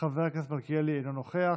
חבר הכנסת מולא, אינו נוכח,